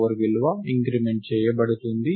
C4 విలువ increment చేయబడుతుంది